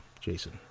Jason